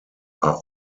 are